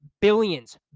billions